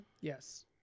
Yes